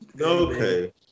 Okay